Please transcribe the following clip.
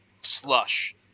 slush